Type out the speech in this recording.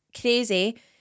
crazy